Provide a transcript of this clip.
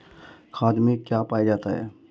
खाद में क्या पाया जाता है?